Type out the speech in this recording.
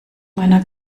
meiner